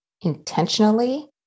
intentionally